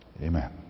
Amen